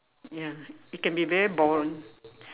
ya it can be very boring